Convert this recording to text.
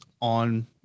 on